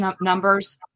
numbers